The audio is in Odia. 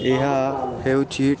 ଏହା ହେଉଛି